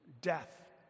death